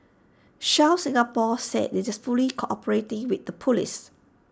Shell Singapore said IT is fully cooperating with the Police